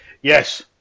Yes